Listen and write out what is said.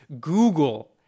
Google